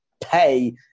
pay